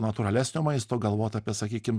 natūralesnio maisto galvot apie sakykim